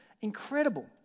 incredible